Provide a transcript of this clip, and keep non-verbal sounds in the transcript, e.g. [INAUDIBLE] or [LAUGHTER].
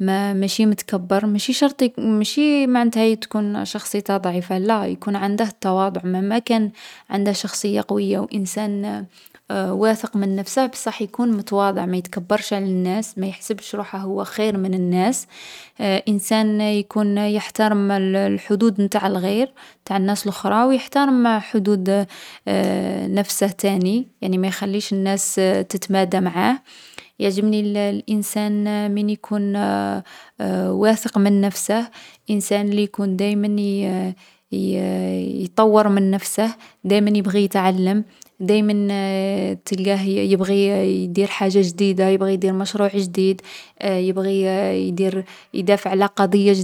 ما ماشي متكبّر، ماشي شرط ماشي معنتها تكون شخصيته ضعيفة، لا، يكون عنده التواضع مهما كان عنده شخصية قوية و انسان [HESITATION] واثق من نفسه بصح يكون متواضع ما يتكبرش على الناس ما يحسبش روحه هو خير من الناس. [HESITATION] انسان يكون يحترم الـ الحدود نتاع الغير، تاع الناس لخرى و يحترم حدود [HESITATION] نفسه تاني، يعني ما يخليش الناس تتمادى معاه. يعجبني الـ الانسان من يكون [HESITATION] واثق من نفسه، انسان لي يكون دايما يـ [HESITATION] يـ [HESITATION] يطوّر من نفسه، دايما يبغي يتعلّم، دايما [HESITATION] تلقاه يـ يبغي يـ يدير حاجة جديدة، يبغي يدير مشروع جديد، يبغي يـ [HESITATION] يدير يدافع على قضية جدـ